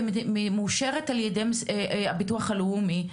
והיא מאושרת על ידי הביטוח הלאומי,